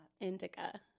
Indica